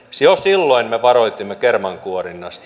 jo silloin me varoitimme kermankuorinnasta